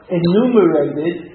enumerated